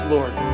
Lord